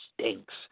stinks